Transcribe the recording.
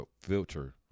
filter